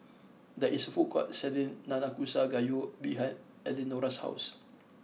there is a food court selling Nanakusa Gayu behind Eleonora's house